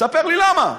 תספר לי למה.